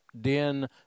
den